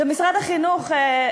משרד החינוך,